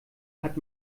hat